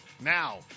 Now